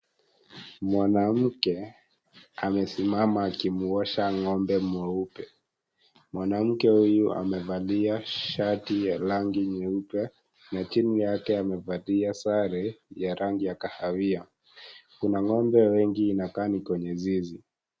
Mwanamke amesimama akimuosha ng'ombe mweupe. Mwanamke huyo amevalia shati ya rangi nyeupe, na chini yake amevalia sare ya rangi yahawia. Kuna ng'ombe wengi kwenye inakaa ni kwenye zizi.